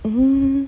mm